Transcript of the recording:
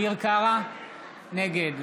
נגד